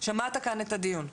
שמעת כאן את הדיון,